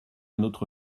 notre